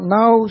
now